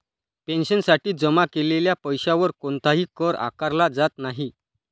पेन्शनसाठी जमा केलेल्या पैशावर कोणताही कर आकारला जात नाही